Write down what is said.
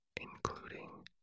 including